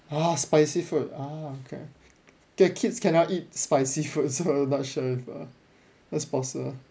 ah spicy food ah okay okay kids cannot eat spicy food so not sure if uh that is possible